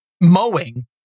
mowing